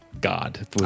God